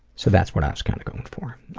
so that's what i was kind of going for.